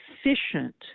efficient